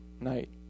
night